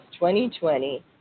2020